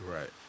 Right